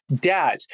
dad